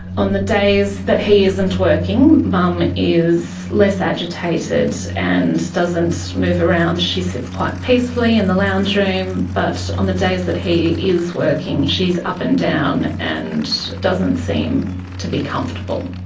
on the days that he isn't working, mum is less agitated and doesn't move around, she sits quite peacefully in the lounge room. but on the days that he is working, she's up and down and doesn't seem to be comfortable.